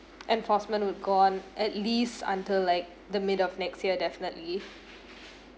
enforcement would go on at least until like the middle of next year definitely